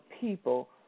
people